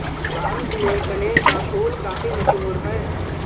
भारत में कनेर का फूल काफी मशहूर है